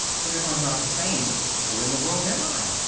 but if i'm not the same, who in the world am i? ah,